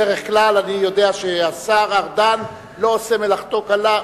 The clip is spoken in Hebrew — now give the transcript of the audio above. בדרך כלל, אני יודע שהשר ארדן לא עושה מלאכתו קלה.